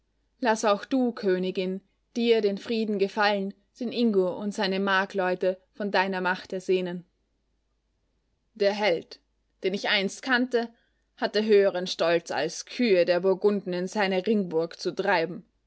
laß auch du königin dir den frieden gefallen den ingo und seine markleute von deiner macht ersehnen der held den ich einst kannte hatte höheren stolz als kühe der burgunden in seine ringburg zu treiben